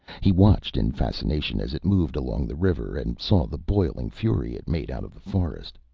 he watched in fascination as it moved along the river and saw the boiling fury it made out of the forest.